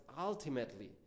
ultimately